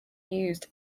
used